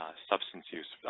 substance use,